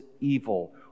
evil